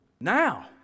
Now